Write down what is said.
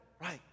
right